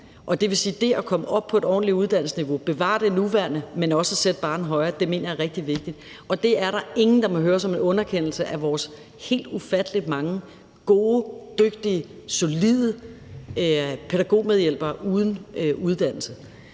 det at komme op på et ordentligt uddannelsesniveau – bevare det nuværende, men også sætte barren højere – mener jeg er rigtig vigtigt. Og det er der ingen der må høre som en underkendelse af vores helt ufattelig mange gode, dygtige, solide pædagogmedhjælpere uden uddannelse.